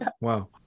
wow